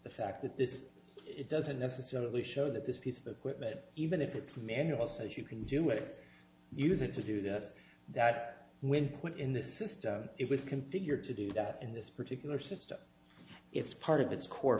the fact that this is it doesn't necessarily show that this piece of equipment even if it's manual says you can do it use it to do this that when put in this system it was configured to do that in this particular system it's part of its core